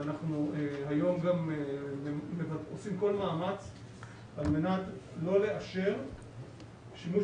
ואנחנו היום גם עושים כל מאמץ על מנת לא לאשר שימוש